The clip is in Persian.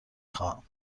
خواهم